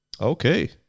Okay